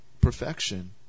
perfection